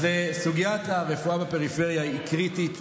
סוגיית הרפואה בפריפריה היא קריטית.